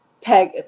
peg